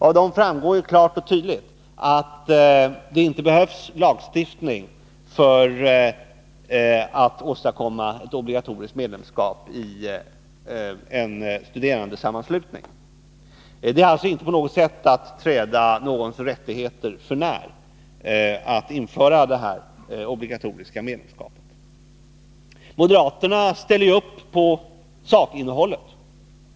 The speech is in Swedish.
Därav framgår klart och tydligt att det inte behövs lagstiftning för att åstadkomma ett obligatoriskt medlemskap i en studerandesammanslutning. Det är alltså inte på något sätt att träda någons rättigheter för när att införa det obligatoriska medlemskapet. Moderaterna ställer upp på sakinnehållet.